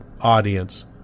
audience